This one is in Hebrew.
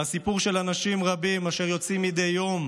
זה הסיפור של אנשים רבים אשר יוצאים מדי יום